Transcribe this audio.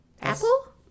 apple